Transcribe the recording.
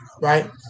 right